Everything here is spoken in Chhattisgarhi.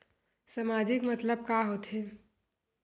सामाजिक मतलब का होथे?